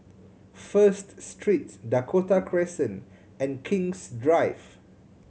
First Street Dakota Crescent and King's Drive